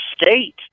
state